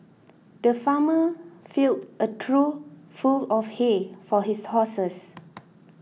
the farmer filled a trough full of hay for his horses